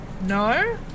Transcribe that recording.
No